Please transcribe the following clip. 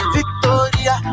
Victoria